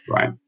right